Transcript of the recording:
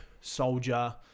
soldier